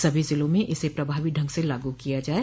सभी जिलों में इसे प्रभावी ढंग से लागू किया जाये